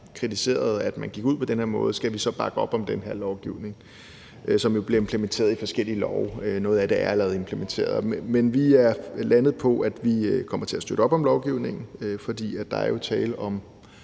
kritiseret, at man gik ud på den her måde, skal vi så bakke op om den her lovgivning, som jo bliver implementeret i forskellige love? Noget af det er allerede implementeret. Men vi er landet på, at vi kommer til at støtte op om lovgivningen, for der er jo tale om